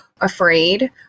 afraid